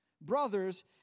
brothers